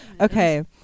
okay